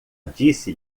disse